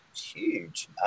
huge